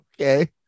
Okay